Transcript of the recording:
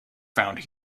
found